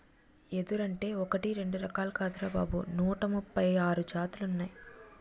ఎదురంటే ఒకటీ రెండూ రకాలు కాదురా బాబూ నూట ముప్పై ఆరు జాతులున్నాయ్